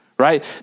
right